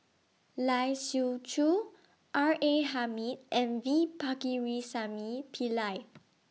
Lai Siu Chiu R A Hamid and V Pakirisamy Pillai